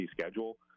schedule